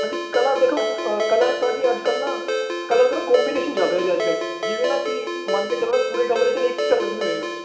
ਹਾਂਜੀ ਕਲਰ ਦੇਖੋ ਕਲਰ ਤਾਂ ਜੀ ਅੱਜ ਕੱਲ੍ਹ ਨਾ ਕਲਰ ਫਿਰ ਕੰਬੀਨੇਸ਼ਨ ਚੱਲ ਰਿਹਾ ਜੀ ਅੱਜ ਕੱਲ੍ਹ ਜਿਵੇਂ ਨਾ ਕਿ ਮੰਨ ਕੇ ਚੱਲੋ ਨਾ ਪੂਰੇ ਕਮਰੇ 'ਚ ਇੱਕ ਹੀ ਕਲਰ ਨਹੀਂ ਹੋਵੇਗਾ